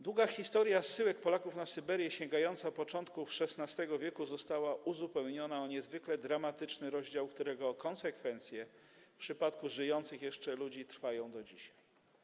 Długa historia zsyłek Polaków na Syberię, sięgająca początków XVI w., została uzupełniona o niezwykle dramatyczny rozdział, którego konsekwencje w przypadku żyjących jeszcze ludzi trwają do dzisiaj.